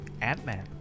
Ant-Man